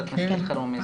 ח"כ אלחרומי.